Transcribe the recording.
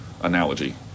analogy